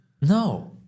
No